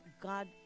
God